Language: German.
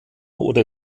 oder